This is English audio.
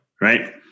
right